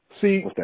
See